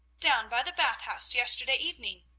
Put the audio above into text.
down by the bath house, yesterday evening.